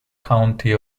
county